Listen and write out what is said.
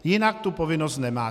Jinak tu povinnost nemáte.